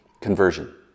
conversion